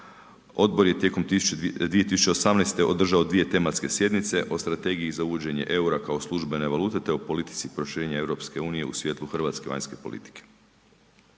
Odbor je tijekom 2018. održao dvije tematske sjednice o Strategiji za uvođenje eura kao službene valute, te o politici proširenja EU u svjetlu hrvatske vanjske politike.